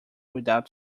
without